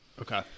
Okay